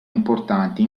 importanti